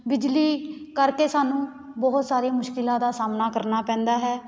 ਬਿਜਲੀ ਕਰਕੇ ਸਾਨੂੰ ਬਹੁਤ ਸਾਰੀਆਂ ਮੁਸ਼ਕਿਲਾਂ ਦਾ ਸਾਹਮਣਾ ਕਰਨਾ ਪੈਂਦਾ ਹੈ